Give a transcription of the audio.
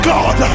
God